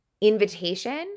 invitation